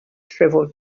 shriveled